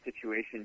situation